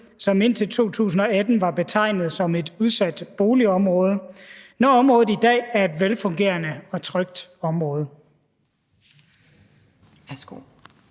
som indtil 2018 var betegnet som et udsat boligområde, når området i dag er et velfungerende og trygt område?